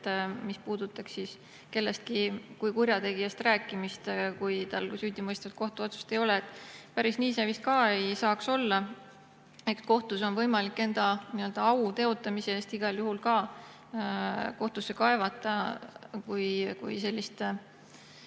mis puudutaks kellestki kui kurjategijast rääkimist, kui tema kohta süüdimõistvat kohtuotsust ei ole. Päris nii see vist ka ei saaks olla. Meil on võimalik enda au teotamise eest igal juhul ka kohtusse kaevata, kui süütuse